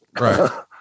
Right